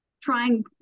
trying